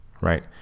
right